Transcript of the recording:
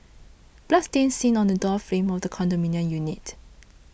blood stain seen on the door frame of the condominium unit